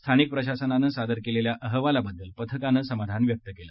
स्थानिक प्रशासनानं सादर केलेल्या अहवालाबद्दल पथकानं समाधान व्यक्त केले